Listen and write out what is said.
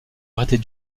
arrêter